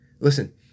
Listen